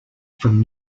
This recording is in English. from